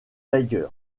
tiger